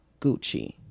Gucci